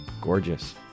Gorgeous